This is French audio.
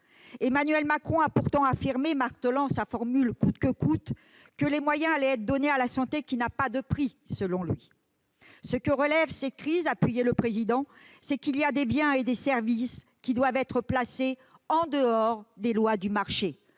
Emmanuel Macron a pourtant affirmé, martelant son « quoi qu'il en coûte », que les moyens allaient être donnés à la santé, « qui n'a pas de prix », selon lui. « Ce que révèle cette crise », a-t-il noté, « c'est qu'il y a des biens et des services qui doivent être placés en dehors des lois du marché.